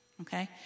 okay